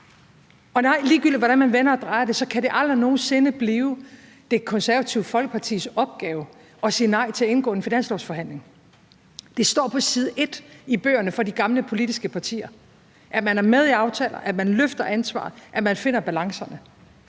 Og nej, ligegyldigt hvordan man vender og drejer det, kan det aldrig nogen sinde blive Det Konservative Folkepartis opgave at sige nej til at indgå i en finanslovsforhandling. Det står på side 1 i bøgerne for de gamle politiske partier, at man er med i aftaler, at man løfter ansvaret, og at man finder balancerne.